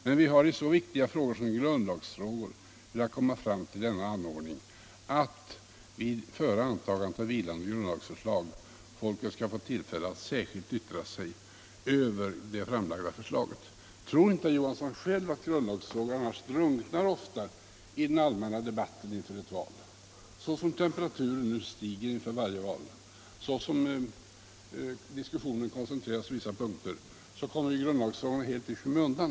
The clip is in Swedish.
Men vi har i så viktiga frågor som grundlagsfrågor velat komma fram till den ordningen att före antagande av vilande grundlagsförslag folket skall få tillfälle att särskilt yttra sig över det framlagda förslaget. Tror inte herr Johansson själv att grundlagsfrågorna annars ofta drunknar i den allmänna debatten inför ett val? Såsom temperaturen stiger inför varje val, såsom diskussionen koncentreras på vissa frågor kommer grundlagsfrågorna helt i skymundan.